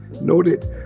noted